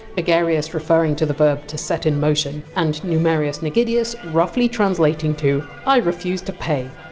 agerius referring to the verb to set in motion, and numerius negidius roughly translating to! i refuse to pay.